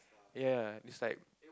ya it's like